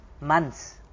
months